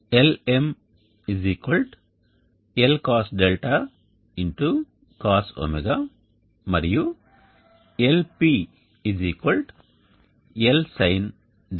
Lm L cosδ cosω మరియు Lp L sinδ